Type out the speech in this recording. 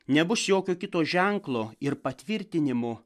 nebus jokio kito ženklo ir patvirtinimo